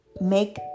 Make